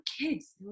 kids